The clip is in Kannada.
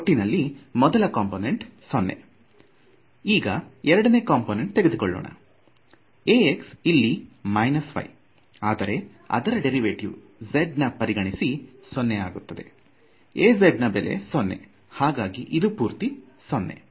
ಒಟ್ಟಿನಲ್ಲಿ ಮೊದಲ ಕಂಪೋನೆಂಟ್ 0 ಈಗ ಎರಡನೇ ಕಂಪೋನೆಂಟ್ ತೆಗೆದುಕೊಳ್ಳೋಣ Ax ಇಲ್ಲಿ y ಆದರೆ ಅದರ ಡೇರಿವೆಟಿವ್ z ನ ಪರಿಗಣಿಸಿ 0 ಆಗುವುದು Az ನ ಬೆಲೆ 0 ಹಾಗಾಗಿ ಇದು ಪೂರ್ತಿ 0